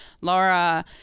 Laura